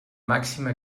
màxima